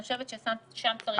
אני חושבת ששם צריך לשים את האצבע.